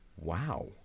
Wow